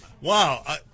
Wow